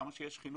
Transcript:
כמה שיש חינוך,